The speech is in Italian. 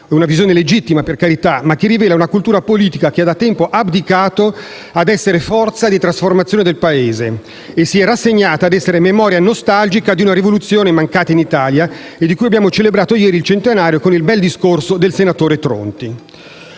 Una visione legittima, per carità, ma che rivela una cultura politica che da tempo ha abdicato ad essere forza di trasformazione del Paese e si è rassegnata ad essere memoria nostalgica di una mancata rivoluzione in Italia, di cui abbiamo celebrato ieri il centenario con il bel discorso del senatore Tronti.